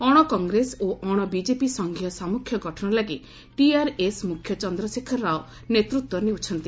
ଅଣକଟ୍ରେସ ଓ ଅଣ ବିଜେପି ସଂଘୀୟ ସମ୍ମ୍ୟୁଖ୍ୟ ଗଠନ ଲାଗି ଟିଆରଏସ୍ ମୁଖ୍ୟ ଚନ୍ଦ୍ରଶେଖର ରାଓ ନେତୃତ୍ୱ ନେଉଛନ୍ତି